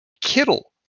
Kittle